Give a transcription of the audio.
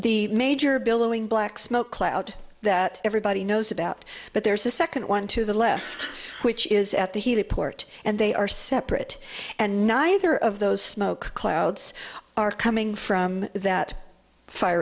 the major billowing black smoke cloud that everybody knows about but there is a second one to the left which is at the heliport and they are separate and neither of those smoke clouds are coming from that fi